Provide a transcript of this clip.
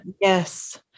Yes